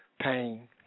Pain